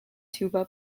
tuba